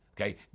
Okay